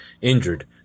injured